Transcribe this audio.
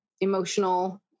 emotional